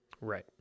Right